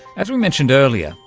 as we mentioned earlier,